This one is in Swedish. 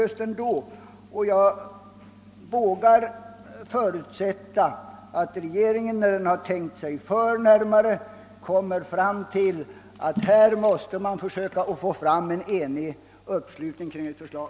Jag vågar förutsätta att regeringen, när den tänkt sig för litet närmare, kommer fram till att man måste försöka skapa en enig uppslutning kring ett förslag.